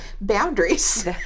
boundaries